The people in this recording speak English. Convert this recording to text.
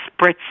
spritz